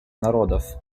народов